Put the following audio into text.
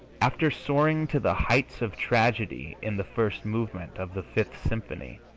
after soaring to the heights of tragedy in the first movement of the fifth symphony,